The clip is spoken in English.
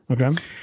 Okay